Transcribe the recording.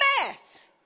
mess